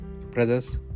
Brothers